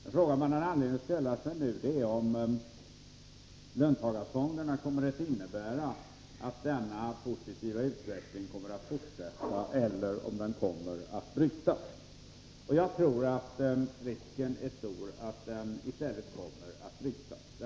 En fråga som man nu har anledning att ställa är om löntagarfonderna kommer att medföra att denna positiva utveckling kommer att fortsätta. Jag tror att risken är stor att den i stället kommer att brytas.